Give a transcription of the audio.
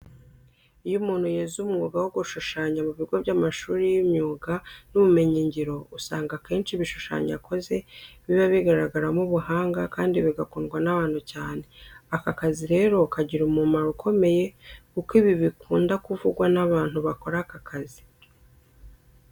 Iyo umuntu yize umwuga wo gushushanya mu bigo by'amashuri y'imyuga n'ubumenyingiro, usanga akenshi ibishushanyo akoze biba bigaragaramo ubuhanga kandi bigakundwa n'abantu cyane. Aka kazi rero kagira umumaro ukomeye kuko ibi bikunda kuvugwa n'abantu bakora aka kazi.